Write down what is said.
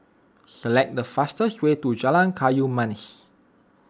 select the fastest way to Jalan Kayu Manis